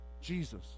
Jesus